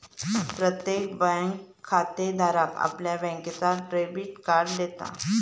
प्रत्येक बँक खातेधाराक आपल्या बँकेचा डेबिट कार्ड देता